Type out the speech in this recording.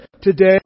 today